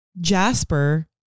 Jasper